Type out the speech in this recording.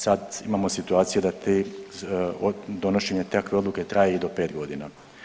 Sad imamo situaciju da donošenje takve odluke traje i do pet godina.